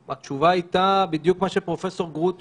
--- גם בתי כנסת את מרשה או שרק בדברים